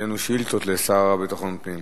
יהיו לנו שאילתות לשר לביטחון הפנים.